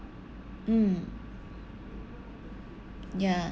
mm ya